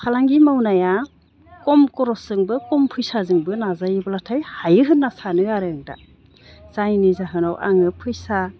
फालांगि मावनाया खम खरसजोंबो खम फैसाजोंबो नाजायोब्लाथाय हायो होनना सानो आरो आं दा जायनि जाहोनाव आङो फैसा